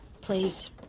Please